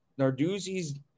Narduzzi's